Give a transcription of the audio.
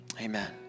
Amen